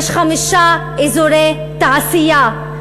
יש חמישה אזורי תעשייה.